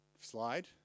Slide